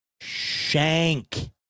Shank